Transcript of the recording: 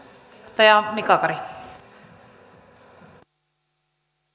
arvoisa rouva puhemies